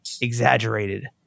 exaggerated